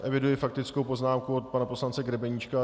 Eviduji faktickou poznámku od pana poslance Grebeníčka.